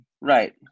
Right